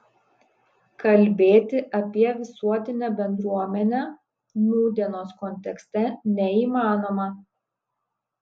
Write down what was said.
kalbėti apie visuotinę bendruomenę nūdienos kontekste neįmanoma